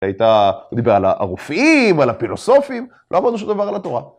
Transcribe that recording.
הייתה, הוא דיבר על הרופאים, על הפילוסופים, לא אמרנו שום דבר על התורה.